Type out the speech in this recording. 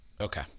Okay